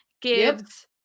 gives